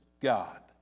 God